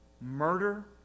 murder